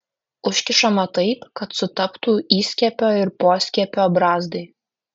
užkišama taip kad sutaptų įskiepio ir poskiepio brazdai